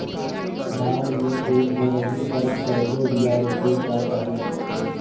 धान मे एक जगही पर कएगो बिया रोपे के चाही?